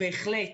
בהחלט.